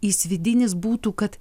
jis vidinis būtų kad